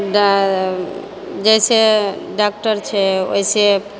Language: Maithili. डा जैसे डॉक्टर छै वैसे